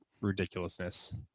ridiculousness